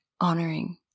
honoring